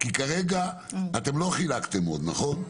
כי כרגע אתם לא חילקתם עוד, נכון?